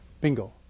Bingo